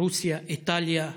רוסיה, איטליה,